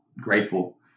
grateful